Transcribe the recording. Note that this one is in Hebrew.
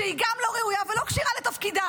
שהיא לא ראויה וגם לא כשירה לתפקידה,